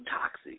toxic